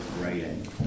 writing